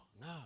no